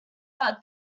out